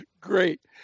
great